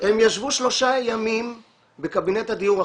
הם ישבו שלושה ימים בקבינט הדיור,